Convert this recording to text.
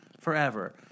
forever